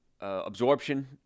absorption